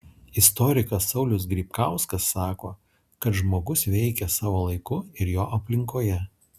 istorikas saulius grybkauskas sako kad žmogus veikia savo laiku ir jo aplinkoje